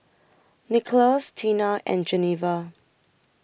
Nickolas Teena and Geneva